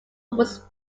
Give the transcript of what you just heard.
was